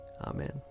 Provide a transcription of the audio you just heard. Amen